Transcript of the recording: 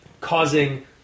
causing